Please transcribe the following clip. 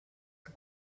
que